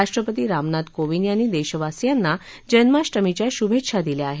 राष्ट्रपती रामनाथ कोविंद यांनी देशवासियांना जन्माष्टमीच्या शुभेच्छा दिल्या आहेत